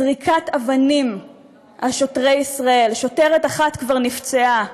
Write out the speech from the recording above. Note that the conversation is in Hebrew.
זריקת אבנים על שוטרי ישראל, שוטרת אחת כבר נפצעה,